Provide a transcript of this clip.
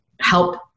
help